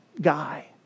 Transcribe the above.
guy